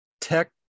tech